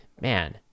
man